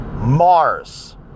Mars